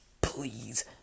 please